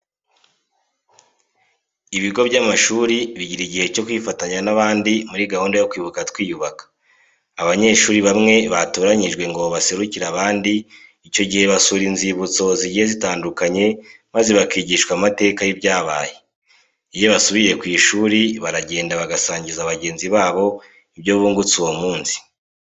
Ibigo by'amashuri bijyira ijyihe cyo kwifatanya n'abandi muri gahunda yo kwibuka twiyubaka. Abanyeshuri bamwe batoranyijwe ngo baserucyire abandi icyo jyihe basura inzibutso zijyiye zitandukanye maze bakijyishwa amateka yibyabaye. Iyo basubiye ku ishuri barajyenda bagasanjyiza bajyenzi babo ibyo bungutse uwo munsi.